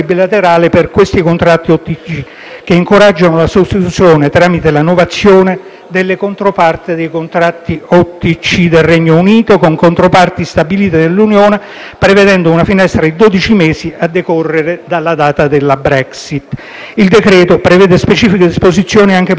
che incoraggiano la sostituzione - tramite la novazione - delle controparti dei contratti OTC del Regno Unito con controparti stabilite nell'Unione, prevedendo una finestra di dodici mesi, a decorrere dalla data della Brexit. Il decreto-legge prevede specifiche disposizioni anche per il settore assicurativo a tutela degli assicurati,